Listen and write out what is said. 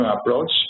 approach